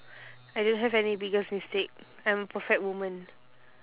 I don't have any biggest mistake I'm a perfect woman